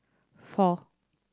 four